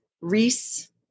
Reese